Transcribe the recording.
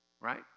Right